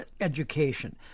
education